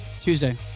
Tuesday